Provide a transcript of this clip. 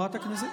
מה הבעיה?